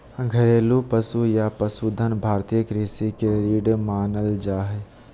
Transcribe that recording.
घरेलू पशु या पशुधन भारतीय कृषि के रीढ़ मानल जा हय